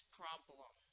problem